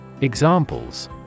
Examples